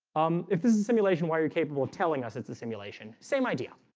um if this is a simulation while you're capable of telling us it's a simulation same ideal,